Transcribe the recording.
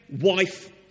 wife